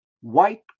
white